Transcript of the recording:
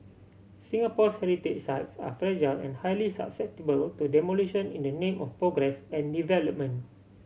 Singapore's heritage sites are fragile and highly susceptible to demolition in the name of progress and development